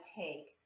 take